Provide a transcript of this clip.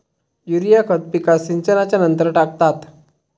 urea खत पिकात सिंचनच्या नंतर टाकतात